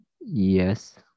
Yes